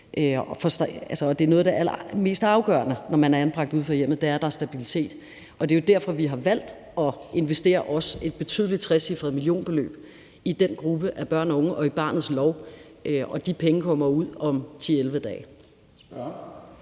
det, der er allermest afgørende, når man er anbragt uden for hjemmet, er, at der er en stabilitet, og det er jo også derfor, vi med barnets lov har valgt at investere et betydeligt trecifret millionbeløb til den gruppe af børn og unge, og de penge kommer jo ud om 10-11 dage.